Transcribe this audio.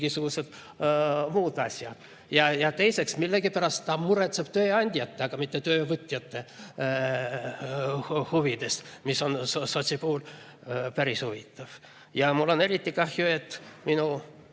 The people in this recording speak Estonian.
mingisugused muud asjad. Ja teiseks, millegipärast ta muretseb tööandjate, mitte töövõtjate huvide pärast. See on sotsi puhul päris huvitav. Ja mul on eriti kahju, et minu